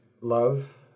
love